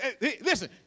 Listen